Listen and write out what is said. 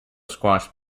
squash